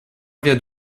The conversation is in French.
vient